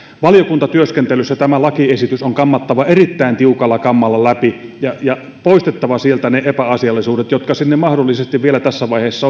valiokuntatyöskentelyssä tämä lakiesitys on kammattava erittäin tiukalla kammalla läpi ja ja on poistettava sieltä ne epäasiallisuudet jotka sinne mahdollisesti vielä tässä vaiheessa